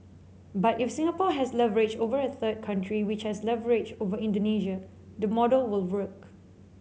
but if Singapore has leverage over a third country which has leverage over Indonesia the model will work